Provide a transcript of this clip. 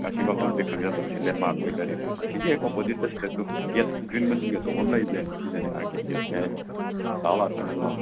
ꯑꯁꯤ ꯃꯐꯝꯁꯦ ꯈꯪꯖꯜꯂꯣ ꯑꯁꯤ ꯂꯦꯟꯃꯥꯔꯛ ꯑꯣꯏꯗꯣꯏꯅꯦ ꯑꯁꯤꯒꯤ ꯍꯦꯛ ꯑꯣꯄꯣꯖꯤꯠꯇ ꯁꯤꯗ ꯇꯨ ꯒꯦꯠ ꯒ꯭ꯔꯤꯟ ꯃꯆꯨꯒꯤ ꯑꯆꯧꯕ ꯑꯃ ꯂꯩꯔꯤꯁꯦ ꯁꯤꯗꯅꯦ ꯑꯥꯔ ꯀꯦ ꯁꯤ ꯑꯦꯁꯀꯤ ꯍꯥꯏꯔꯤꯁꯦ ꯂꯥꯛꯑꯣ ꯂꯥꯛꯑꯣ ꯆꯪꯉꯁꯦ ꯂꯥꯛꯑꯣ